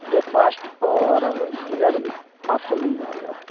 break fast اور dinner آپ کو مِل جائے گا